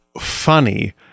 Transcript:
funny